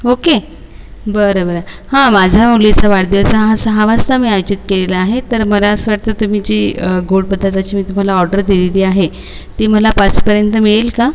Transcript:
okay बरं बरं हा माझा मुलीचा वाढदिवस सहा सहा वाजता मी आयोजित केलेला आहे तर मला असं वाटतं तुम्ही जी गोड पदार्थाची मी तुम्हाला ऑडर दिलेली आहे ती मला पाचपर्यंत मिळेल का